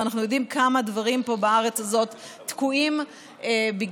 ואנחנו יודעים כמה דברים בארץ הזאת תקועים בגלל